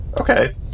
Okay